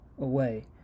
away